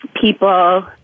people